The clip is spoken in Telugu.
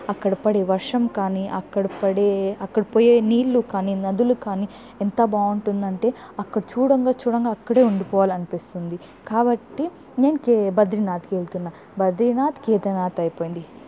అక్కడ పడే వర్షం కాని అక్కడ పడే అక్కడ పోయే నీళ్లు కాని నదులు కాని ఎంత బాగుంటుందంటే అక్కడ చూడంగా చూడంగా అక్కడే ఉండిపోవాలనిపిస్తుంది కాబట్టి నేను బద్రీనాథ్కి వెళ్తున్న బద్రీనాథ్ కేదర్నాథ్ అయిపోయింది